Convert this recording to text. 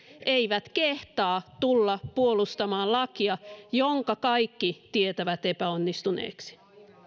eivät kehtaa tulla puolustamaan lakia jonka kaikki tietävät epäonnistuneeksi